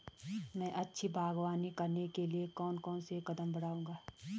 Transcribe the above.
मैं अच्छी बागवानी करने के लिए कौन कौन से कदम बढ़ाऊंगा?